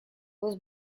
was